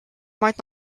might